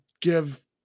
give